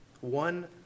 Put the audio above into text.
One